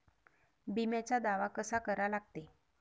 बिम्याचा दावा कसा करा लागते?